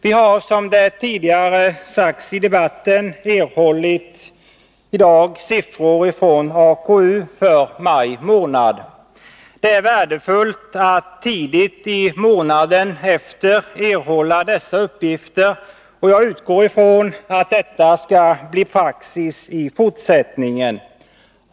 Vi har, som har sagts tidigare i debatten, i dag erhållit sifferuppgifter från AKU avseende arbetslösheten under maj månad. Det är värdefullt att tidigt den efterföljande månaden erhålla dessa uppgifter, och jag utgår ifrån att detta skall bli praxis i fortsättningen.